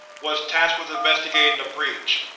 was tasked with investigating the breach.